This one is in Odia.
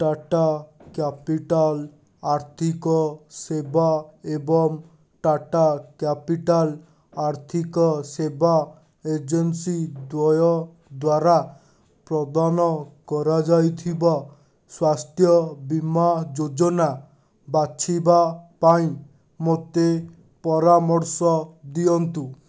ଟାଟା କ୍ୟାପିଟାଲ୍ ଆର୍ଥିକ ସେବା ଏବଂ ଟାଟା କ୍ୟାପିଟାଲ୍ ଆର୍ଥିକ ସେବା ଏଜେନ୍ସି ଦ୍ୱୟ ଦ୍ଵାରା ପ୍ରଦାନ କରାଯାଇଥିବା ସ୍ୱାସ୍ଥ୍ୟ ବୀମା ଯୋଜନା ବାଛିବା ପାଇଁ ମୋତେ ପରାମର୍ଶ ଦିଅନ୍ତୁ